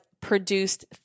produced